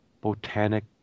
Botanic